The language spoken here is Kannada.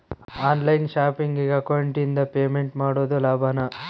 ಆನ್ ಲೈನ್ ಶಾಪಿಂಗಿಗೆ ಅಕೌಂಟಿಂದ ಪೇಮೆಂಟ್ ಮಾಡೋದು ಲಾಭಾನ?